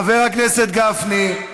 חבר הכנסת גפני.